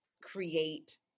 create